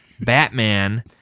Batman